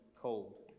cold